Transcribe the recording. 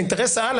אינטרס העל,